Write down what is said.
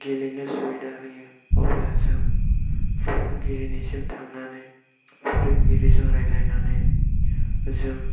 गेलेनो सुबिदा होयो अब्ला जों फोरोंगिरिनिसिम थांनानै फोरोंगिरिजों रायज्लायनानै जों